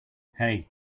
hey